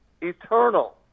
eternal